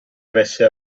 avesse